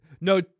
no